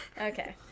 Okay